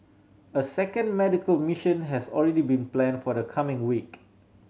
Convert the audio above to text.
a second medical mission has already been planned for the coming week